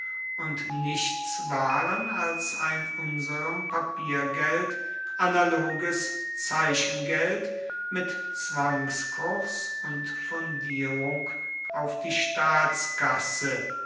und nichts waren als ein unserem papiergeld analoges zeichengeld mit zwangskurs und fundierung auf die staatskasse